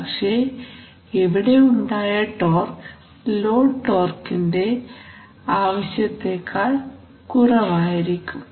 പക്ഷേ ഇവിടെ ഉണ്ടായ ടോർഘ് ലോഡ് ടോർഘിന്റെ ആവശ്യത്തെക്കാൾ കുറവായിരിക്കും